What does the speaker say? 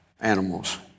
animals